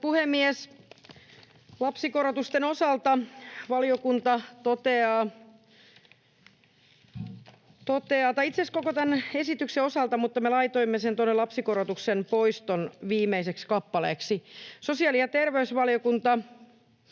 puhemies! Lapsikorotusten osalta — tai itse asiassa koko tämän esityksen osalta, mutta me laitoimme sen tuonne lapsikorotuksen poiston viimeiseksi kappaleeksi — sosiaali- ja terveysvaliokunta